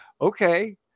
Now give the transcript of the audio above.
Okay